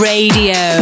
Radio